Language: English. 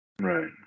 Right